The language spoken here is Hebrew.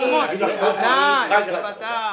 בוודאי.